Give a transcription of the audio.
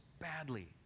badly